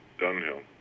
Dunhill